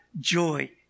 joy